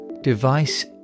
device